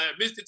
Mr